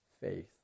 faith